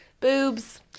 boobs